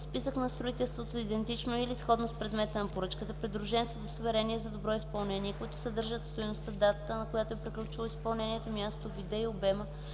списък на строителството, идентично или сходно с предмета на поръчката, придружен с удостоверения за добро изпълнение, които съдържат стойността, датата, на която е приключило изпълнението, мястото, вида и обема,